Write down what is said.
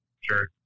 Sure